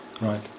Right